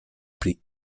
pri